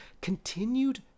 continued